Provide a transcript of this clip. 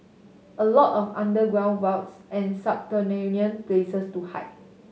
a lot of underground vaults and subterranean places to hide